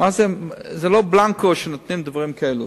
זה לא בלנקו שנותנים דברים כאלה.